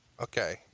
Okay